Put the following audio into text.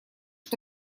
что